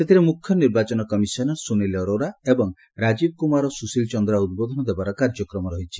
ସେଥିରେ ମୁଖ୍ୟ ନିର୍ବାଚନ କମିଶନର୍ ସୁନିଲ୍ ଅରୋରା ଏବଂ ରାଜୀବ୍ କୁମାର ଓ ସୁଶିଲ୍ ଚନ୍ଦ୍ରା ଉଦ୍ବୋଧନ ଦେବାର କାର୍ଯ୍ୟକ୍ରମ ରହିଛି